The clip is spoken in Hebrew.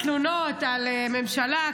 התלונות על ממשלה,